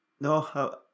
no